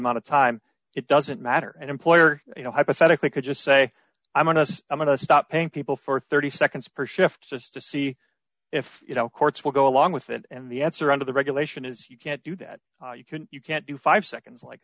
amount of time it doesn't matter an employer you know hypothetically could just say i'm honest i'm going to stop paying people for thirty seconds per just to see if you know courts will go along with it and the answer under the regulation is you can't do that you can you can't do five seconds like